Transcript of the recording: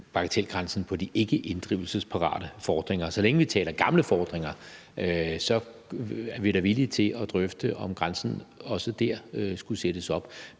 bagatelgrænsen på de ikkeinddrivelsesparate fordringer. Så længe vi taler gamle fordringer, er vi da villige til at drøfte, om grænsen også dér skulle sættes op.